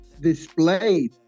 displayed